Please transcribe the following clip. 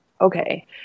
okay